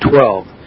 Twelve